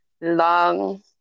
long